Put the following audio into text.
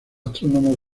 astrónomos